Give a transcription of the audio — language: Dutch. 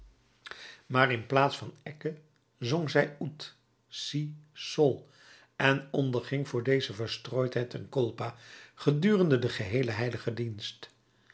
maar in plaats van ecce zong zij ut si sol en onderging voor deze verstrooidheid een culpa gedurende den geheelen heiligen dienst